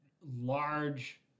large